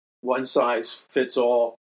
one-size-fits-all